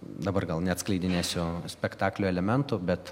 dabar gal neatskleidinėsiu spektaklio elementų bet